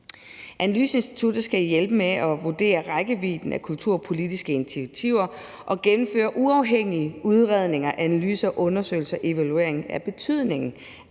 Analyseinstituttet skal hjælpe med at vurdere rækkevidden af kulturpolitiske initiativer og gennemføre uafhængige udredninger, analyser, undersøgelser og evalueringer af betydningen